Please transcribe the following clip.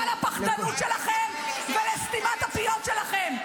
אני לא שותפה לפחדנות שלכם ולסתימת הפיות שלכם.